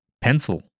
pencil